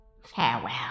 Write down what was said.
Farewell